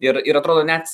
ir ir atrodo net